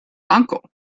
uncle